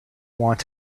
want